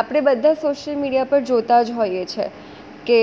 આપણે બધા social media ઉપર જોતા જ હોઈએ છીએ કે